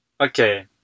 Okay